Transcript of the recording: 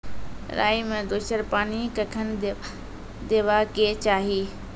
राई मे दोसर पानी कखेन देबा के चाहि?